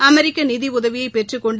அமெரிக்க நிதி உதவியை பெற்றுக் கொண்டு